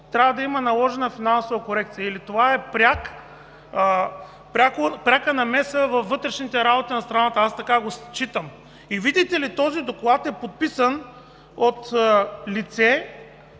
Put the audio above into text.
трябва да има наложена финансова корекция. Това е пряка намеса във вътрешните работи на страната, така го считам. И, видите ли, този доклад е подписан от лице,